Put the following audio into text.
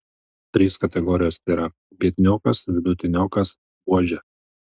trys kategorijos tėra biedniokas vidutiniokas buožė